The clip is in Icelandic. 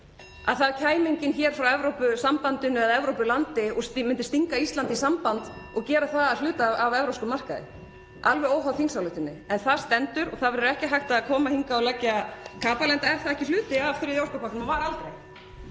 að það kæmi enginn hér frá Evrópusambandinu eða Evrópulandi og myndi stinga Íslandi í samband og gera það að hluta af evrópskum markaði, alveg óháð þingsályktuninni. (Forseti hringir.) En það stendur og það verður ekki hægt að koma hingað og leggja kapal, enda er það ekki hluti af þriðja orkupakkanum og var aldrei.